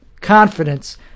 confidence